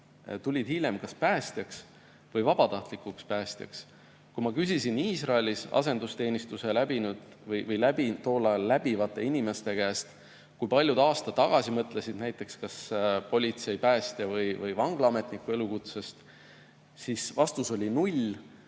tulid hiljem kas päästjaks või vabatahtlikuks päästjaks. Kui ma küsisin Iisraelis asendusteenistuse läbinud või tol ajal seda läbivate inimeste käest, kui paljud aasta tagasi mõtlesid näiteks kas politseiniku, päästja või vanglaametniku elukutsest, siis vastus oli null.